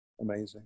amazing